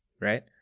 right